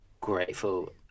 grateful